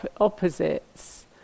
opposites